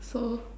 so